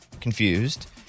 confused